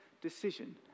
decision